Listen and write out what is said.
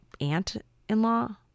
aunt-in-law